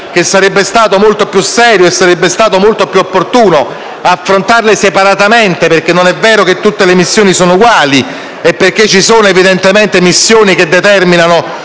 che sarebbe stato molto più serio e più opportuno affrontarle separatamente, perché non è vero che tutte le missioni sono uguali. Ci sono evidentemente missioni che determinano